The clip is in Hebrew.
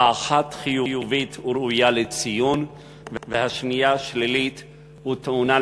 האחת חיובית וראויה לציון והשנייה שלילית וטעונה,